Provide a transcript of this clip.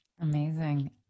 Amazing